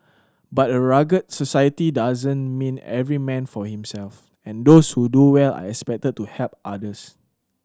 but a rugged society doesn't mean every man for himself and those who do well are expected to help others